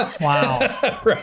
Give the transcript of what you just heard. Wow